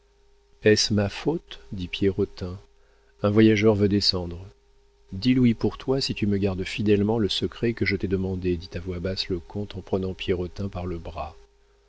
est-ce ma faute dit pierrotin un voyageur veut descendre dix louis pour toi si tu me gardes fidèlement le secret que je t'ai demandé dit à voix basse le comte en prenant pierrotin par le bras